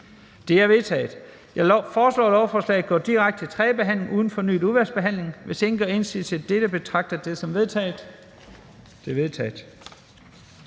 De er vedtaget. Jeg foreslår, at lovforslagene går direkte til tredje behandling uden fornyet udvalgsbehandling. Hvis ingen gør indsigelse mod dette, betragter jeg det som vedtaget. Det er vedtaget.